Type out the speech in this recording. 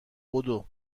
بدو